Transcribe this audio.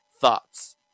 Thoughts